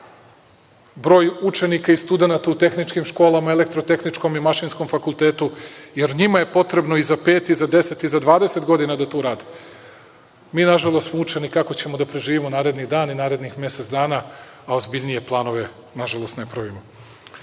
broj učenika i studenata u tehničkih školama, elektrotehničkom i mašinskom fakultetu, jer njima je potrebno i za pet i za 10 i za 20 godina da tu rade. Mi ,nažalost, smo učeni kako ćemo da preživimo naredni dan i narednih mesec dana, a ozbiljnije planove nažalost ne pravimo. Ipak